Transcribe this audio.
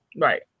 Right